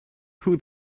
who